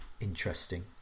interesting